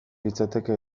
litzateke